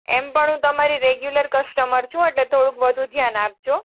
એમ પણ હું તમારી રેગ્યુલર કસ્ટમર છું એટલે થોડુંક વધુ ધ્યાન આપજો